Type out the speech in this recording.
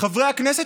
חברי הכנסת,